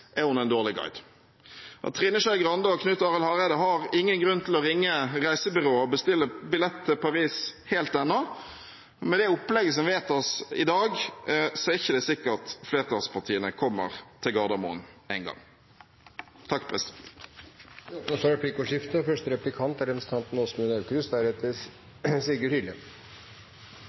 er hun er dårlig guide. Trine Skei Grande og Knut Arild Hareide har ingen grunn til å ringe reisebyrået og bestille billett til Paris helt ennå. Med det opplegget som vedtas i dag, er det ikke sikkert flertallspartiene kommer til Gardermoen engang. Det blir replikkordskifte. Av og til når vi snakker om Norge, er det som om vi tar det for gitt at vi skal være det landet vi er,